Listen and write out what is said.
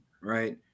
right